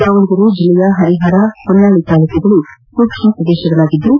ದಾವಣಗೆರೆ ಜಿಲ್ಲೆಯ ಹರಿಹರ ಹೊನ್ನಾಳಿ ತಾಲ್ಲೂಕುಗಳು ಸೂಕ್ಷ್ಮ ಪ್ರದೇಶಗಳಾಗಿದ್ದು